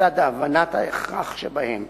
לצד הבנת ההכרח שבהם.